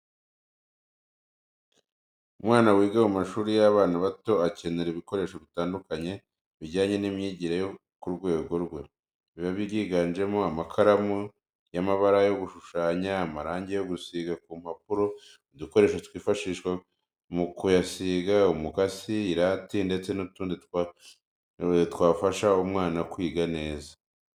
Umwana wiga mu mashuri y'abana bato akenera ibikoresho bitandukanye bijyanye n'imyigire yo ku rwego rwe, biba byiganjemo amakaramu y'amabara yo gushushanya, amarangi yo gusiga ku mpapuro, udukoresho twifashishwa mu kuyasiga, umukasi, irati, ndetse n'utundi twafasha umwana kwiga neza.